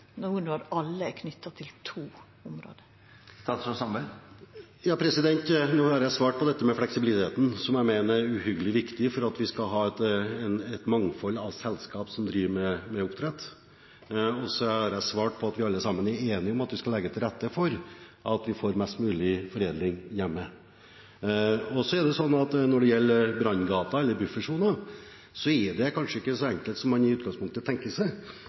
alle er knytte til to område? Nå har jeg svart på dette med fleksibiliteten, som jeg mener er uhyre viktig for at vi skal ha et mangfold av selskaper som driver med oppdrett. Og jeg har sagt at vi alle sammen er enige om at vi skal legge til rette for mest mulig foredling hjemme. Når det gjelder branngater, eller buffersoner, er det kanskje ikke så enkelt som man i utgangspunktet tenker seg,